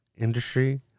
industry